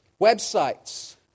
Websites